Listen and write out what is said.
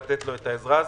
לתת לו את העזרה הזאת.